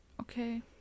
Okay